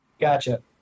Gotcha